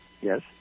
yes